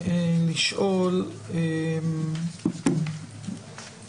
אני רוצה לשאול,